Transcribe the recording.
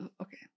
okay